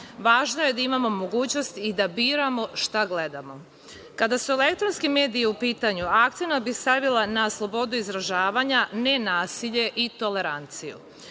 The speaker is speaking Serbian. Važno je da imamo mogućnost i da biramo šta gledamo. Kada su elektronski mediji u pitanju, akcenat bih stavila na slobodu izražavanja, ne nasilje i toleranciju.